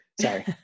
Sorry